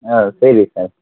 சரி சார்